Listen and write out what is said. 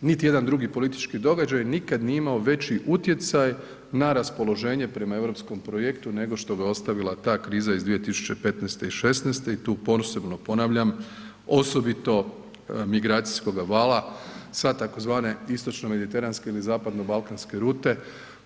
Niti jedan drugi politički događaj nikada nije imao veći utjecaj na raspoloženje prema europskom projektu nego što ga je ostavila ta kriza iz 2015. i '16. i tu posebnom ponavljam, osobito migracijskoga vala sa tzv. istočno-mediteranske ili zapadno-balkanske rute